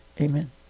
Amen